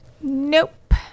nope